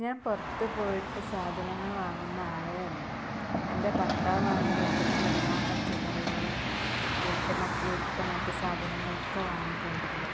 ഞാന് പുറത്ത് പോയിട്ട് സാധനങ്ങൾ വാങ്ങുന്ന ആളേ അല്ല എന്റെ ഭര്ത്താവാണ് വീട്ടിലേക്കുള്ള എല്ലാ പച്ചക്കറികളും വീട്ടിലത്തെ മറ്റു സാധനങ്ങളൊക്കെ വാങ്ങിക്കൊണ്ടു വരൽ